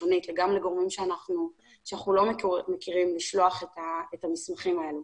ראשונית וגם לגורמים שאנחנו לא מכירים לשלוח את המסמכים האלה.